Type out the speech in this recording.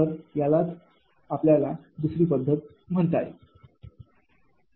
तर यालाच आपल्याला दुसरी पद्धत म्हणता येईल